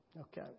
Okay